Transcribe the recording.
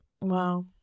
Wow